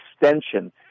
extension